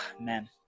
man